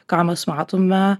ką mes matome